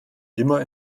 immer